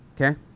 okay